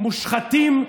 מושחתים,